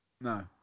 no